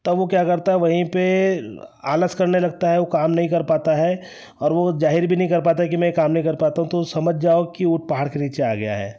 तब वह क्या करता है वहीं पर आलस करने लगता है वह काम नहीं कर पता है और वह जाहिर भी नहीं कर पाता है कि मैं काम नहीं कर पाता हूँ तो समझ जाओ कि वह पहाड़ के नीचे आ गया है